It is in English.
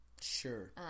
Sure